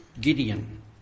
Gideon